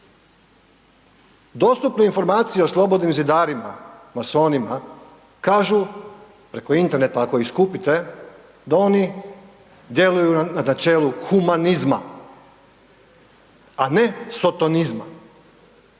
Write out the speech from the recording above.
Dostupne informacije o Slobodnim zidarima, masonima, kažu, preko interneta, ako ih skupite, da oni djeluju na načelu humanizma, a ne sotonizma